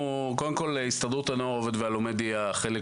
הסתדרות הנוער העובד והלומד היא החלק